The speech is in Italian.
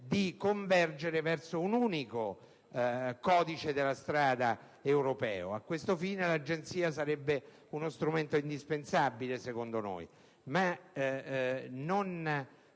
di convergere verso un unico codice della strada europeo. A questo fine l'agenzia sarebbe uno strumento indispensabile, secondo noi. Non